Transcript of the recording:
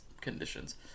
conditions